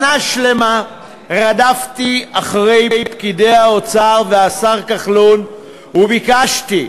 שנה שלמה רדפתי אחרי פקידי האוצר והשר כחלון וביקשתי,